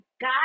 god